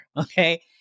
Okay